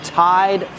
tied